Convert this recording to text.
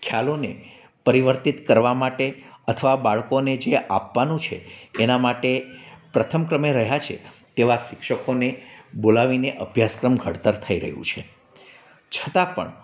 ખ્યાલોને પરિવર્તિત કરવા માટે અથવા બાળકોને જે આપવાનું છે એના માટે પ્રથમ ક્રમે રહ્યા છે તેવા શિક્ષકોને બોલાવીને અભ્યાસક્રમ ઘડતર થઈ રહ્યું છે છતા પણ